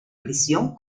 prisión